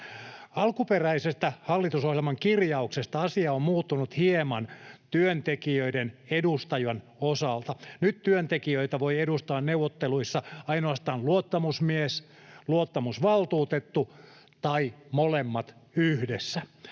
Alkuperäisestä hallitusohjelman kirjauksesta asia on muuttunut hieman työntekijöiden edustajan osalta. Nyt työntekijöitä voi edustaa neuvotteluissa ainoastaan luottamusmies, luottamusvaltuutettu tai molemmat yhdessä.